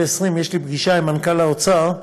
ב-18:20 יש לי פגישה עם מנכ"ל האוצר,